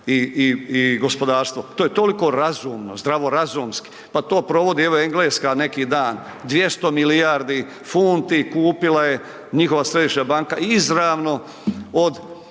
i gospodarstvo. To je toliko razumno, zdravorazumski, pa to provodi evo Engleska neki dan 200 milijardi funti kupila je njihova središnja banka izravno od